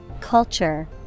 culture